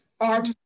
art